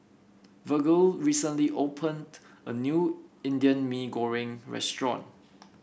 Virgle recently opened a new Indian Mee Goreng Restaurant